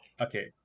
Okay